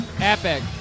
epic